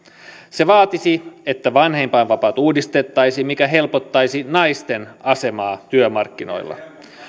se vaatisi että vanhempainvapaat uudistettaisiin mikä helpottaisi naisten asemaa työmarkkinoilla